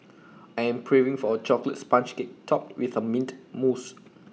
I am craving for A Chocolate Sponge Cake Topped with A Mint Mousse